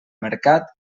mercat